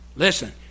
Listen